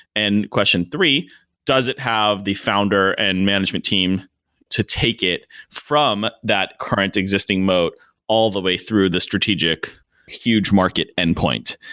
and question three does it have the founder and management team to take it from that current existing mote all the way through the strategic huge market endpoint?